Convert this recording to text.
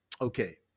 okay